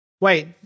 Wait